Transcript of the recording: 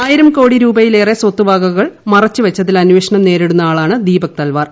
ആയിരം കോടി രൂപയിലേറെ സ്വത്തുവകകൾ മറച്ച് വച്ചതിൽ അന്വേഷണം നേരിടുന്ന ആളാണ് ദ്വീപ്പക് തൽവാർ